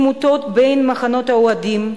עימותים בין מחנות האוהדים,